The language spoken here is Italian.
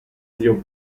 zio